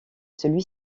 celui